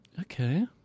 Okay